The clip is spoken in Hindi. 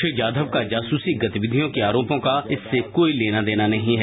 श्री जाधव का जासूसी गतिविधियों के आरोपों का इससे कोई लेना देना नहीं है